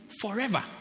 forever